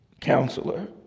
counselor